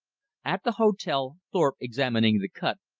at the hotel thorpe, examining the cut,